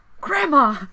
Grandma